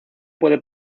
puede